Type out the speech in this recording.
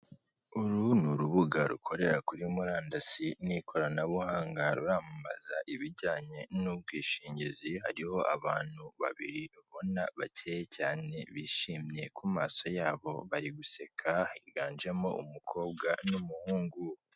Uru ni urubuga rukorera kuri murandasi n'ikoranabuhanga, ruramamaza ibijyanye n'ubwishingizi, hariho abantu babiri ubona bakeye cyane, bishimye ku maso yabo bari guseka, higanjemo umukobwa n'umuhungu.